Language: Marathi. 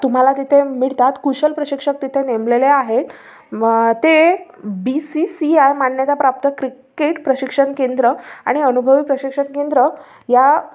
तुम्हाला तिथे मिळतात कुशल प्रशिक्षक तिथे नेमलेले आहेत ते बी सी सी आय मान्यताप्राप्त क्रिकेट प्रशिक्षण केंद्र आणि अनुभवी प्रशिक्षण केंद्र या